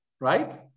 Right